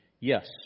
yes